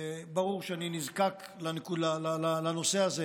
ברור שאני נזקק לנושא הזה